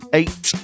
eight